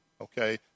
okay